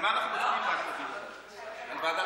על מה אנחנו מדברים, רק תגיד, על ועדת כספים?